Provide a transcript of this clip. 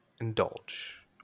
indulge